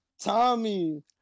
tommy